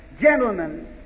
Gentlemen